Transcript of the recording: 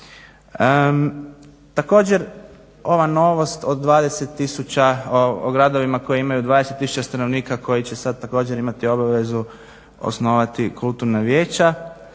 Također ova novost o 20 tisuća, o gradovima koji imaju 20 tisuća stanovnika, koji će sad također imati obavezu osnovati kulturna vijeća,